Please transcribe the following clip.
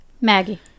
Maggie